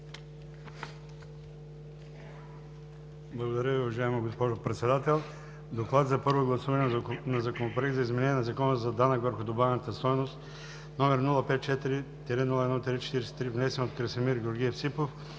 Благодаря Ви, уважаема госпожо Председател. „ДОКЛАД за първо гласуване на Законопроект за изменение на Закона за данък върху добавената стойност, № 054-01-43, внесен от Красимир Георгиев Ципов